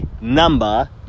number